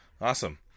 awesome